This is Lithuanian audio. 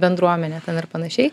bendruomenę ten ir panašiai